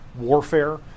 warfare